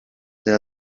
delle